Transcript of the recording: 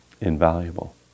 invaluable